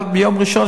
עד יום ראשון